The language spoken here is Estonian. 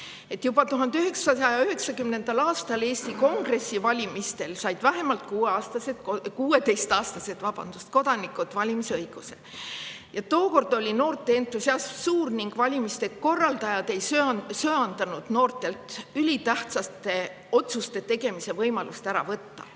Juba 1990. aastal Eesti Kongressi valimistel said vähemalt 16-aastased kodanikud valimisõiguse. Tookord oli noorte entusiasm suur ning valimiste korraldajad ei söandanud noortelt ülitähtsate otsuste tegemise võimalust ära võtta.